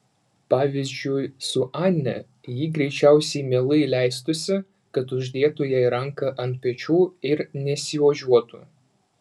pavyzdžiui su ane ji greičiausiai mielai leistųsi kad uždėtų jai ranką ant pečių ir nesiožiuotų